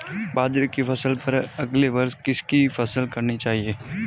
बाजरे की फसल पर अगले वर्ष किसकी फसल करनी चाहिए?